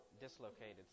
dislocated